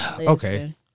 Okay